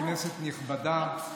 כנסת נכבדה,